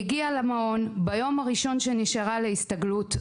היא הגיעה למעון וביום הראשון בו נשארה להסתגלות,